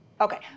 Okay